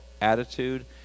attitude